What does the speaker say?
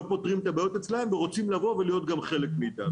פותרים את הבעיות אצלם ורוצים לבוא ולהיות גם חלק מאיתנו.